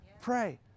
Pray